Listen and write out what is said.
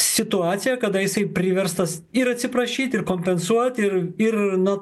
situaciją kada jisai priverstas ir atsiprašyt ir kompensuot ir ir na